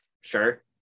Sure